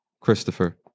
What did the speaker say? Christopher